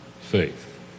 faith